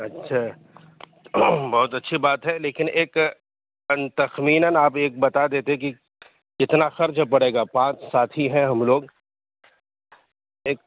اچھا بہت اچھی بات ہے لیکن ایک تخمیناً آپ ایک بتا دیتے کہ کتنا خرچ بڑے گا پانچ ساتھی ہیں ہم لوگ ایک